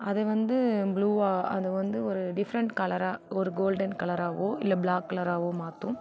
அதுவந்து புளூவாக அதுவந்து ஒரு டிஃபரெண்ட் கலராக ஒரு கோல்டன் கலராகவோ இல்லை பிளாக் கலராகவோ மாற்றும்